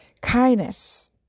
Kindness